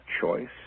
choice